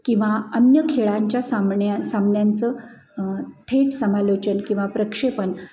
किंवा अन्य खेळांच्या सामण्या सामन्यांचं थेट समालोचन किंवा प्रक्षेपण